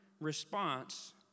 response